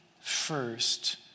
first